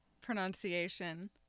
pronunciation